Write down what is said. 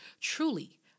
truly